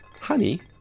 Honey